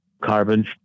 carbon